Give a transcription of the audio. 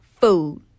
food